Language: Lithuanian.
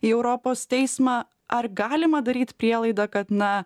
į europos teismą ar galima daryti prielaidą kad na